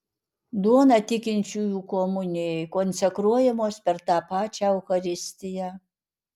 duona tikinčiųjų komunijai konsekruojamos per tą pačią eucharistiją